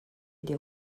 des